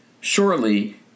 Surely